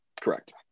Correct